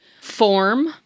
form